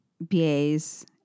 BAs –